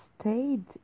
stayed